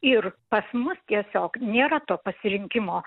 ir pas mus tiesiog nėra to pasirinkimo